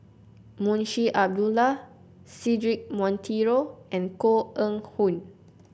Munshi Abdullah Cedric Monteiro and Koh Eng Hoon